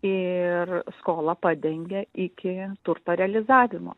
ir skolą padengia iki turto realizavimo